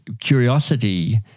curiosity